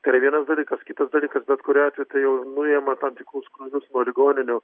tai yra vienas dalykas kitas dalykas bet kuriuo atveju tai jau nuima tam tikrus krūvius nuo ligoninių